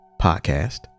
podcast